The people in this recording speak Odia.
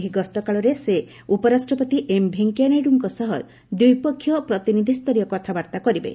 ଏହି ଗସ୍ତକାଳରେ ସେ ଉପରାଷ୍ଟ୍ରପତି ଏମ୍ ଭେଙ୍କିୟା ନାଇଡ୍କୁ ସହ ଦ୍ୱିପକ୍ଷୀୟ ପ୍ରତିନିଧିଷ୍ଠରୀୟ କଥାବାର୍ତ୍ତା କରିବେ